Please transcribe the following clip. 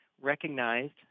recognized